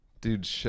Dude